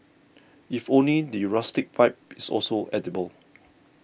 if only the rustic vibe is also edible